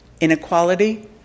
inequality